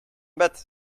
bed